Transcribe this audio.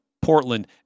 Portland